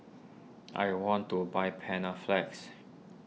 I want to buy Panaflex